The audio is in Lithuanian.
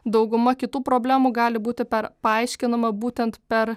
dauguma kitų problemų gali būti per paaiškinama būtent per